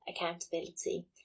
accountability